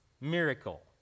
miracle